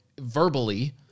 verbally